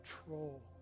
control